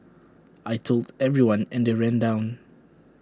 I Told everyone and they ran down